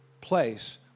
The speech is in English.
place